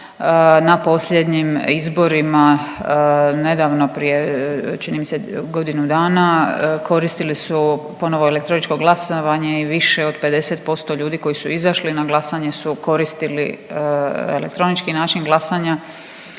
Na posljednjim izborima nedavno prije čini mi se godinu dana koristili su ponovo elektroničko glasovanje i više od 50% ljudi koji su izašli na glasanje su koristili elektronički način glasanja,